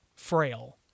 frail